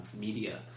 media